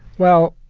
well,